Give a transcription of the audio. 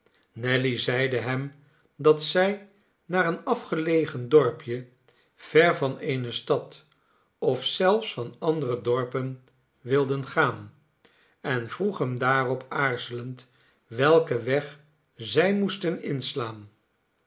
nelly zeide hem dat zij naar een afgelegen dorpje ver van eene stad of zelfs van andere dorpen wilden gaan en vroeg hem daarop aarzelend welken weg zij moesten inslaan